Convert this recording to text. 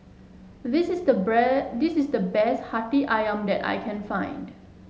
this is the this is the best Hati ayam that I can find